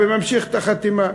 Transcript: וממשיך את החתימה.